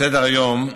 סדר היום"